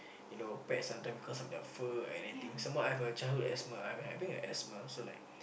you know pets something because of their fur or anything some more I have a childhood asthma I'm having asthma so like